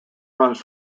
runs